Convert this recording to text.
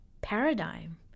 paradigm